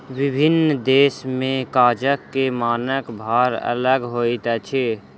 विभिन्न देश में कागज के मानक भार अलग होइत अछि